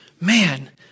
man